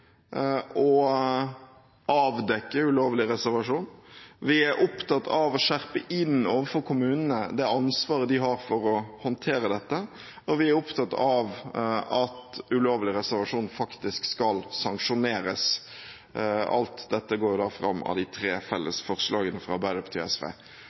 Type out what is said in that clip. å avdekke ulovlig reservasjon, vi er opptatt av å skjerpe inn overfor kommunene det ansvaret de har for å håndtere dette, og vi er opptatt av at ulovlig reservasjon faktisk skal sanksjoneres. Alt dette går fram av de tre felles forslagene fra Arbeiderpartiet og SV.